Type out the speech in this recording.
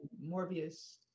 Morbius